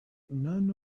none